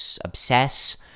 obsess